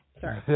Sorry